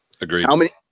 Agreed